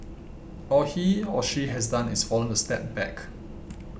all he or she has done is fallen a step back